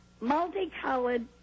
Multicolored